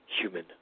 human